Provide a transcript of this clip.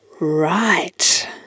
Right